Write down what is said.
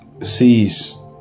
sees